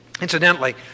Incidentally